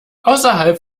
außerhalb